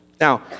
Now